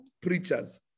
preachers